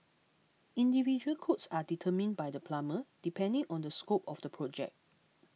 individual quotes are determined by the plumber depending on the scope of the project